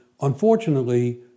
unfortunately